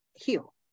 heal